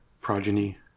progeny